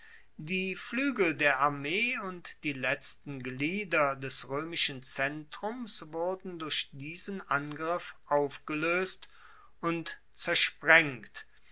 die fluegel der armee und die letzten glieder des roemischen zentrums wurden durch diesen angriff aufgeloest und zersprengt